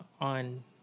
on